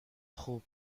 خوب